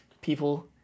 people